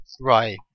Right